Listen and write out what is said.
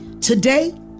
Today